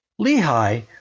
Lehi